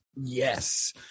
Yes